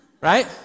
Right